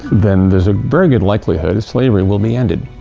then there's a very good likelihood slavery will be ended.